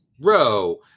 row